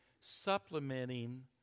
supplementing